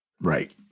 Right